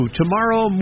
tomorrow